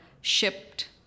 shipped